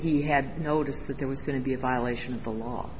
he had noticed that it was going to be a violation of the law